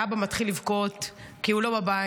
והאבא מתחיל לבכות כי הוא לא בבית,